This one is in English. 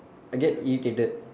I get irritated